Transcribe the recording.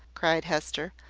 cried hester.